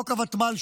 חוק הוותמ"ל,